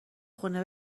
خونه